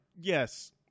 Yes